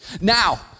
Now